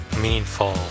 meaningful